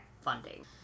funding